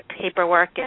paperwork